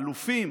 לאלופים,